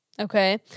Okay